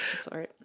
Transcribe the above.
sorry